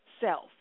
self